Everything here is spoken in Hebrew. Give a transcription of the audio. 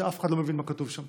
אף אחד לא מבין מה כתוב שם.